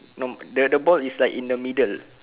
no the the ball is like in the middle